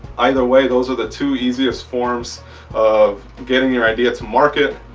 either way those are the two easiest forms of getting your idea to market,